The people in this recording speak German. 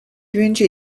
wünsche